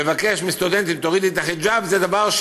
לבקש מסטודנטית: תורידי את החיג'אב זה דבר,